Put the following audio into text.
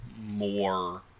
more